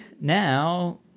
now